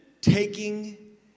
taking